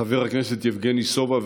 חבר הכנסת יבגני סובה,